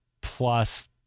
plus